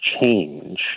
change